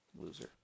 Loser